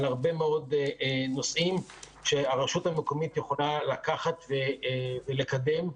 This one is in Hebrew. להרבה מאוד נושאים שהרשות המקומית יכולה לקחת ולקדם.